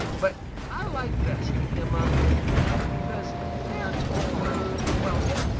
but i like best to be among the weeds because they are tall and keep me well hidden,